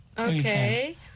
Okay